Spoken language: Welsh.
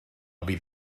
fydd